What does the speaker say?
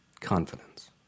confidence